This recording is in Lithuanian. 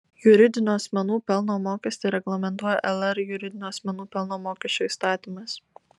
juridinių asmenų pelno mokestį reglamentuoja lr juridinių asmenų pelno mokesčio įstatymas